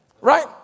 right